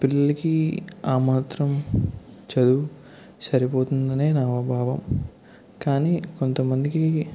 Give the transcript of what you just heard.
పిల్లలికి ఆ మాత్రం చదువు సరిపోతుందనే నా భావన కానీ కొంతమందికి